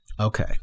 Okay